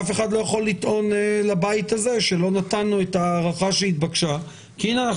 אף אחד לא יכול לטעון לבית הזה שלא נתנו את ההארכה שהתבקשה כי הנה,